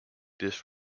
this